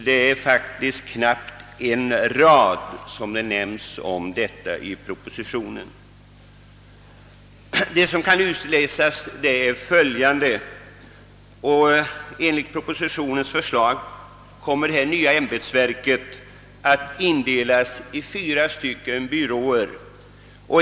Det är faktiskt knappt en rad som har ägnats åt detta i propositionen. Enligt propositionens förslag kommer det nya verket att indelas i fyra byråer.